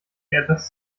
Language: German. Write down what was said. etwas